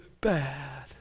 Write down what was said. bad